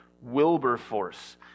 Wilberforce